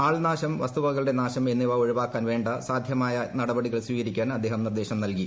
ആൾനാശം വസ്തുവകകളുടെ നാശം എന്നിവ ഒഴിവാക്കാൻ വേണ്ട സാധ്യമായ നടപടികൾ സ്വീകരിക്കാൻ അദ്ദേഹം നിർദ്ദേശം നൽകി